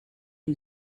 who